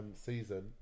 season